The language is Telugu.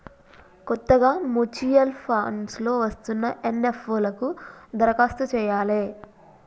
కొత్తగా ముచ్యుయల్ ఫండ్స్ లో వస్తున్న ఎన్.ఎఫ్.ఓ లకు దరఖాస్తు చెయ్యాలే